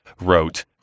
wrote